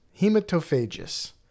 Hematophagous